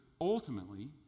ultimately